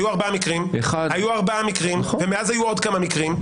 היו ארבעה מקרים ומאז היו עוד כמה מקרים.